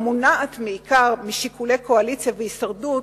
המונעת בעיקר משיקולי קואליציה והישרדות,